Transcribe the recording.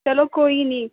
چلو کوئی نہیں